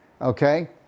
Okay